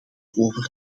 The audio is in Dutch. over